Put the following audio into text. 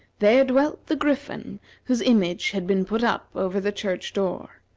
there dwelt the griffin whose image had been put up over the church-door.